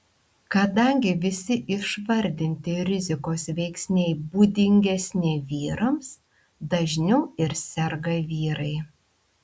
kadangi visi išvardinti rizikos veiksniai būdingesni vyrams dažniau ir serga vyrai